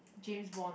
james bond